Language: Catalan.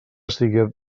siga